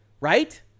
Right